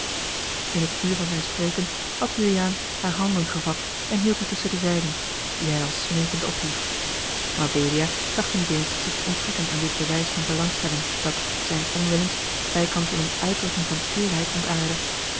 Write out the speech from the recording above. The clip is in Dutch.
in het vuur van zijn spreken had juliaan hare handen gevat en hield die tusschen de zijne die hij al smeekend ophief mabelia trachtte niet eens zich te onttrekken aan dit bewijs van belangstelling dat zijns onwillens bijkans in eene uitdrukking van teêrheid ontaardde